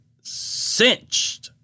cinched